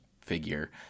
figure